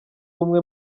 umwe